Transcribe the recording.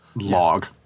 log